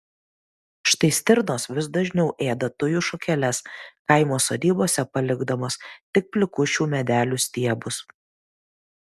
štai stirnos vis dažniau ėda tujų šakeles kaimo sodybose palikdamos tik plikus šių medelių stiebus